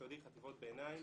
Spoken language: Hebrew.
ביסודי ובחטיבות ביניים,